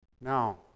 Now